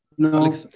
No